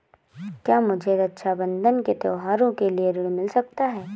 क्या मुझे रक्षाबंधन के त्योहार के लिए ऋण मिल सकता है?